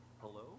Hello